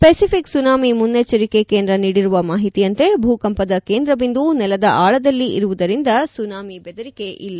Pacific tsunami ಮುನ್ನೆಚ್ಚರಿಕೆ ಕೇಂದ್ರ ನೀಡಿರುವ ಮಾಹಿತಿಯಂತೆ ಭೂಕಂಪದ ಕೇಂದ್ರಬಿಂದು ನೆಲದ ಆಳದಲ್ಲಿ ಇರುವುದರಿಂದ ಸುನಾಮಿ ಬೆದರಿಕೆ ಇಲ್ಲ